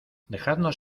dejadnos